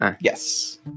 Yes